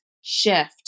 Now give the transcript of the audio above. shift